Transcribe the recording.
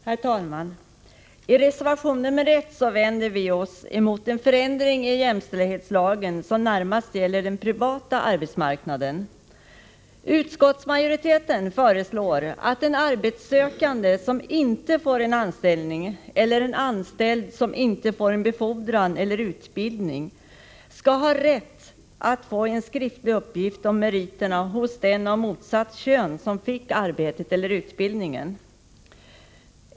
Herr talman! I reservation 1 vänder vi oss emot en förändring i jämställdhetslagen som närmast gäller den privata arbetsmarknaden. Utskottsmajoriteten föreslår att en arbetssökande som inte får en anställning eller anställd som inte får en befordran eller utbildning skall ha rätt att få en skriftlig uppgift om meriterna hos den av motsatt kön som fick arbetet eller utbildningen.